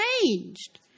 changed